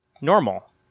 normal